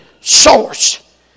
source